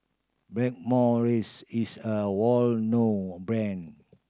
Blackmores is a well known brand